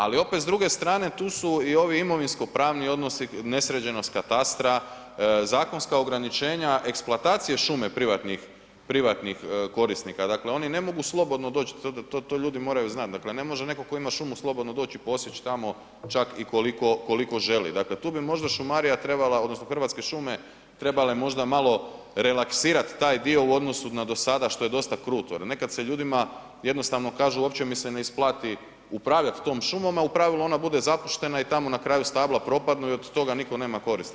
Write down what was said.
Ali opet s druge strane tu su i ovi imovinsko pravni odnosi, nesređenost katastra, zakonska ograničenja, eksploatacije šume privatnih korisnika dakle, oni ne mogu slobodno doć, to, to, to ljudi moraju znat, dakle ne može netko tko ima šumu slobodno doć i posjeć tamo čak i koliko, koliko želi, dakle tu bi možda šumarija trebala odnosno Hrvatske šume trebale možda malo relaksirat taj dio u odnosu na do sada što je dosta kruto jer nekad se ljudima jednostavno kažu uopće mi se ne isplati upravljat tom šumom, a u pravilu ona bude zapuštena i tamo na kraju stabla propadnu i od toga nitko nema koristi.